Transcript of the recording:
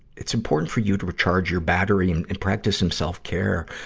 it's important for you to recharge your battery and practice some self-care.